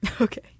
Okay